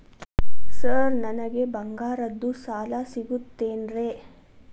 Sir ನನಗೆ ಬಂಗಾರದ್ದು ಸಾಲ ಸಿಗುತ್ತೇನ್ರೇ?